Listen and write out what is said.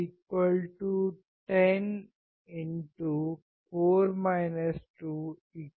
Vo 10 20 V